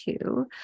two